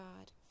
God